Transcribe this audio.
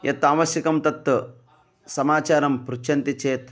यत् आवश्यकं तत् समाचारं पृच्छन्ति चेत्